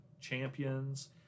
champions